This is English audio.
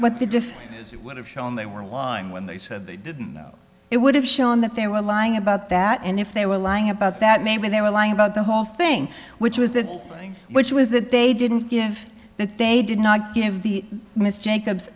defense would have shown they were lying when they said they didn't know it would have shown that they were lying about that and if they were lying about that maybe they were lying about the whole thing which was the thing which was that they didn't give that they did not give the miss jacob